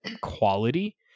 quality